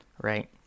right